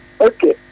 Okay